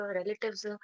relatives